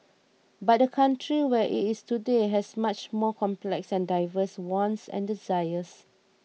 but the country where it is today has much more complex and diverse wants and desires